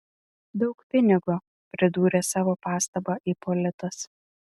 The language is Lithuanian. daug pinigo pridūrė savo pastabą ipolitas